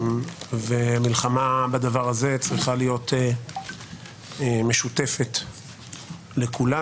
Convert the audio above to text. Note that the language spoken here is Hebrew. ומלחמה בדבר הזה צריכה להיות משותפת לכולנו.